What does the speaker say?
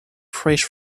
fresh